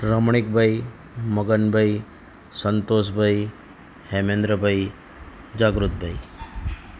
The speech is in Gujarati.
રમણિકભાઈ મગનભાઈ સંતોષભાઈ હેમેન્દ્રભાઈ જાગૃતભાઈ